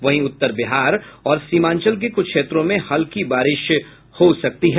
वहीं उत्तर बिहार और सीमांचल के कुछ क्षेत्रों में हल्की बारिश हो सकती है